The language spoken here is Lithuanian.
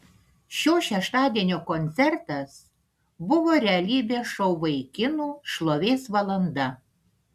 šio šeštadienio koncertas buvo realybės šou vaikinų šlovės valanda